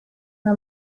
una